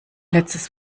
letztes